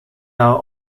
are